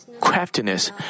craftiness